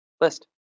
list